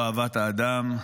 לא אהבת האדם.